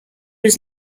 was